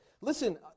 listen